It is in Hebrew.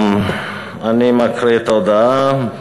אני מקריא את ההודעה: